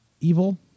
evil